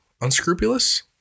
unscrupulous